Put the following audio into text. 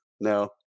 No